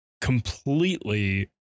completely